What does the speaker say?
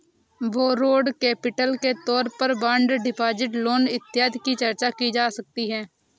borrowed capital के तौर पर बॉन्ड डिपॉजिट लोन इत्यादि की चर्चा की जा सकती है